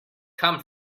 come